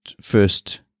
first